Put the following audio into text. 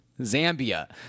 Zambia